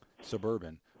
suburban